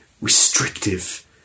restrictive